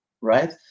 right